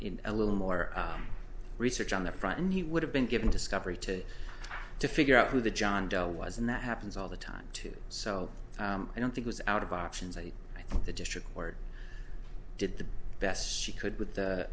or a little more research on the front and he would have been given discovery to to figure out who the john doe was and that happens all the time too so i don't think was out of options i i think the district court did the best she could with